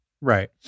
Right